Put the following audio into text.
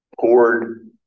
poured